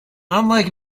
unlike